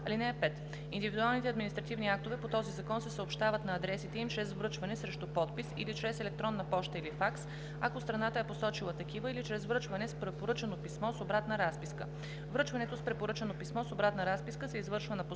(5) Индивидуалните административни актове по този закон се съобщават на адресатите им чрез връчване срещу подпис или чрез електронна поща или факс, ако страната е посочила такива, или чрез връчване с препоръчано писмо с обратна разписка. Връчването с препоръчано писмо с обратна разписка се извършва на постоянния